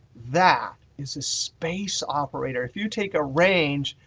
that is a space operator. if you take a range,